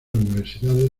universidades